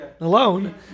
Alone